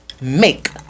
make